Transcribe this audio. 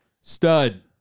stud